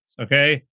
okay